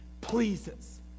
pleases